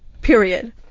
Period